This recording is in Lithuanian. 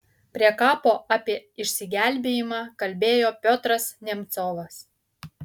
prie kapo apie išsigelbėjimą kalbėjo piotras nemcovas